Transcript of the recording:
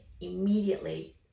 immediately